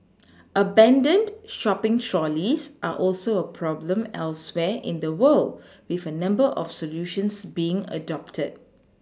abandoned shopPing trolleys are also a problem elsewhere in the world with a number of solutions being adopted